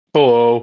Hello